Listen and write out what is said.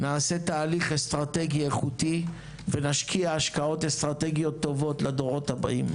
נעשה תהליך אסטרטגי איכותי ונשקיע השקעות אסטרטגיות טובות לדורות הבאים.